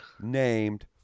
named